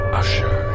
usher